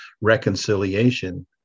reconciliation